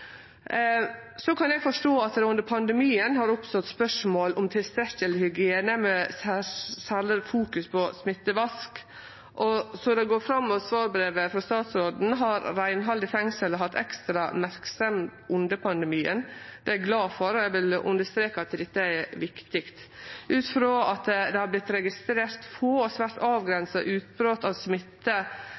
Eg kan forstå at det under pandemien har oppstått spørsmål om tilstrekkeleg hygiene, med særleg fokus på smittevask. Som det går fram av svarbrevet frå statsråden, har reinhald i fengsel hatt ekstra merksemd under pandemien. Det er eg glad for, og eg vil understreke at dette er viktig. Ut frå at det har vorte registrert få og svært avgrensa utbrot av smitte,